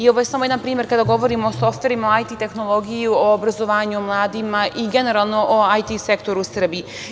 Ovo je samo jedan primer kada govorimo o softverima IT tehnologije, obrazovanju mladih i generalno o IT sektoru u Srbiji.